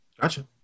Gotcha